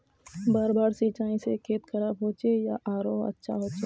बार बार सिंचाई से खेत खराब होचे या आरोहो अच्छा होचए?